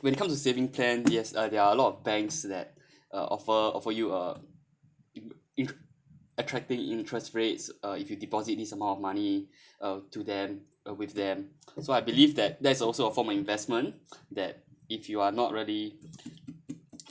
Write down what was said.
when it comes to saving plan yes uh there are a lot of banks that uh offer offer you a in~ in~ attractive interest rates uh if you deposit this amount of money uh to them or with them so I believe that that is also a form of investment that if you are not really